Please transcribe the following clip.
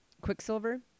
Quicksilver